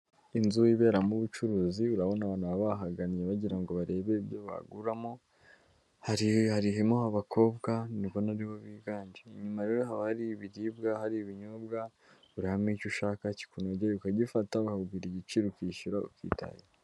Inzu iberamo ubucuruzi, urabona abantu baba bahagannye bagirango ngo barebe ibyo baguramo. Harimo abakobwa ndabona aribo biganje. Inyuma rero hari ibiribwa, hari ibinyobwa, urahabamo icyo ushaka kikunoge ukagifata bakakubwira igiciro ukishyura ukitahira.